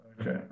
Okay